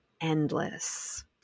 endless